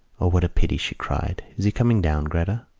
o, what a pity! she cried. is he coming down, gretta?